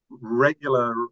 regular